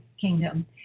kingdom